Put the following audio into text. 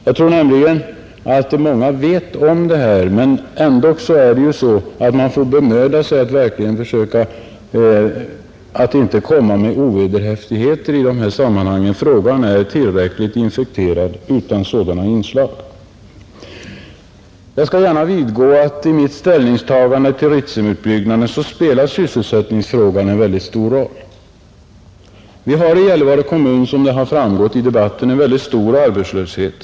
Jag tror nämligen att många vet om detta, men ändå får man bemöda sig om att inte komma med ovederhäftigheter i dessa sammanhang. Frågan är tillräckligt infekterad utan sådana inslag. Jag skall gärna vidgå att i mitt ställningstagande till Ritsemutbyggnaden spelar sysselsättningsfrågan en väldigt stor roll. Vi har i Gällivare kommun, som har framgått av debatten, en mycket stor arbetslöshet.